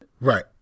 Right